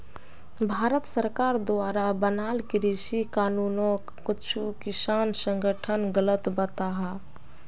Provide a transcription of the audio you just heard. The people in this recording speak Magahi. भारत सरकार द्वारा बनाल कृषि कानूनोक कुछु किसान संघठन गलत बताहा